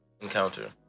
encounter